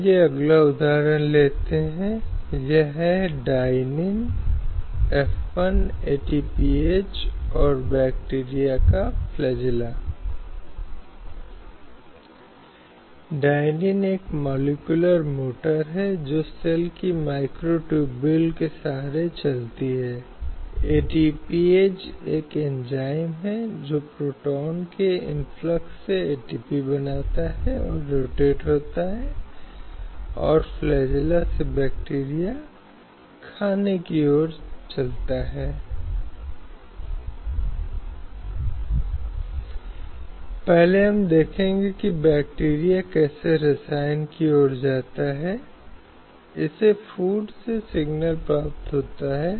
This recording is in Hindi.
इसलिए उस सवाल को सामने लाया गया और जो आदमी उस समय तक हिंदू था पत्नी के लिए सवाल यह था कि वह अब कैसे खड़ी होती है अपने पति को जो खुद को इस्लाम में परिवर्तित करने के लिए चला गया था और इस तरह एक विवाह का अनुबंध करता है क्या विवाह जायज होता है उसके पति या विवाहिता का संबंध भंग हो जाता है और वह उसके साथ रहती है वह महसूस करती है आप जानते हैं कि वह किस चीज से वंचित रह गई है और दूसरे व्यक्ति के कार्य के परिणामस्वरूप उसकी रुचि प्रभावित हुई है